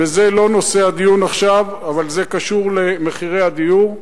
וזה לא נושא הדיון עכשיו אבל זה קשור למחירי הדיור,